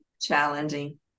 challenging